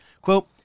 quote